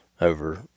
over